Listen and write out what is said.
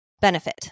benefit